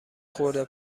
خورده